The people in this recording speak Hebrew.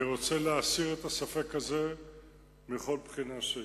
אני רוצה להסיר את הספק הזה מכל בחינה שהיא.